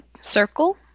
circle